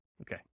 Okay